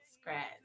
Scratch